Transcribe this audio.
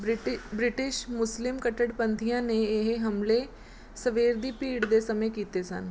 ਬ੍ਰਿਟਿ British Muslim ਕੱਟੜਪੰਥੀਆਂ ਨੇ ਇਹ ਹਮਲੇ ਸਵੇਰ ਦੀ ਭੀੜ ਦੇ ਸਮੇਂ ਕੀਤੇ ਸਨ